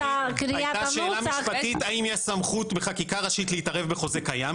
הייתה שאלה משפטית האם יש סמכות בחקיקה ראשית להתערב בחוזה קיים,